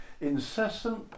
incessant